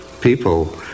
people